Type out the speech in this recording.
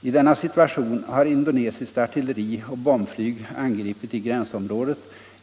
I denna situation har indonesiskt artilleri och bombflyg angripit i gränsområdet.